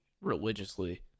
religiously